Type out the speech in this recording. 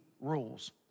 rules